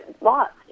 lost